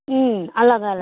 उम् अँ ल ल ल